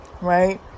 right